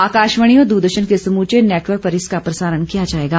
आकाशवाणी और दूरदर्शन के समूचे नेटवर्क पर इसका प्रसारण किया जायेगा